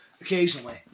occasionally